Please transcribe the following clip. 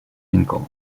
income